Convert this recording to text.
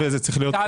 וזה צריך להיות פה.